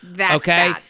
Okay